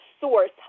source